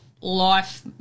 life